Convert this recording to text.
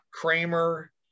Kramer